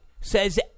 says